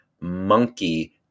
monkey